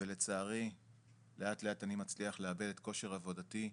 ולצערי לאט לאט אני מצליח לאבד את כושר עבודתי,